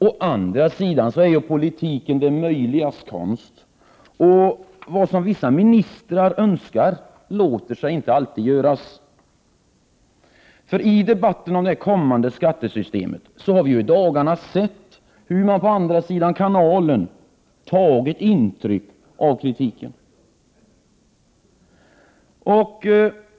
Å andra sidan är politik det möjligas konst, och vad som vissa ministrar önskar låter sig inte alltid göras. I debatten om det kommande skattesystemet har vi i dagarna noterat hur man på andra sidan kanalen tagit intryck av kritiken.